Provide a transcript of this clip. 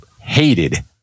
hated